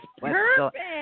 perfect